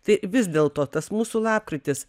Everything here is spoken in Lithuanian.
tai vis dėlto tas mūsų lapkritis